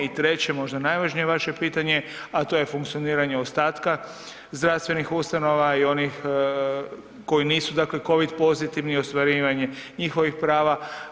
I treće možda najvažnije vaše pitanje, a to je funkcioniranje ostatka zdravstvenih ustanova i onih koji nisu dakle Covid pozitivni i ostvarivanje njihovih prava.